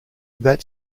that